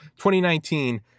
2019